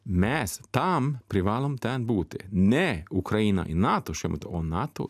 mes tam privalom ten būti ne ukrainą į nato šiuo metu o nato